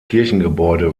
kirchengebäude